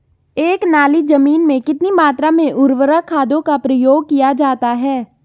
एक नाली जमीन में कितनी मात्रा में उर्वरक खादों का प्रयोग किया जाता है?